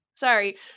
Sorry